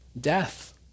death